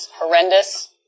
horrendous